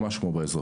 ממש כמו באזרחות,